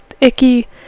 icky